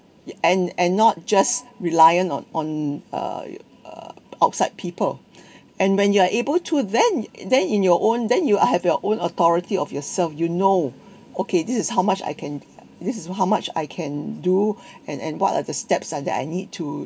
and and not just reliant on on uh uh outside people and when you are able to then then in your own then you have your own authority of yourself you know okay this is how much I can this is how much I can do and and what are the steps are that I need to